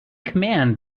command